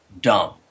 dumb